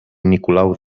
nicolau